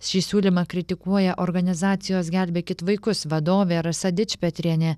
šį siūlymą kritikuoja organizacijos gelbėkit vaikus vadovė rasa dičpetrienė